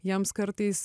jiems kartais